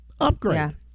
Upgrade